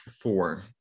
four